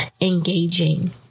engaging